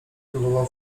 wypróbował